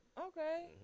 Okay